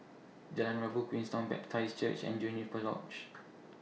Jalan Rabu Queenstown Baptist Church and Juniper Lodge